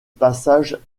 passages